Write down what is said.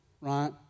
right